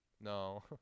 No